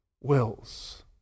wills